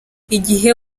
igihe